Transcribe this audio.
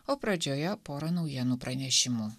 o pradžioje pora naujienų pranešimų